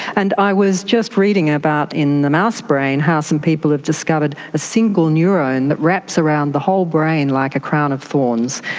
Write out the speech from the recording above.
and i was just reading about in the mouse brain how some people have discovered a single neurone that wraps around the whole brain like a crown of thorns.